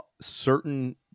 certain